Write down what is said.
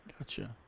Gotcha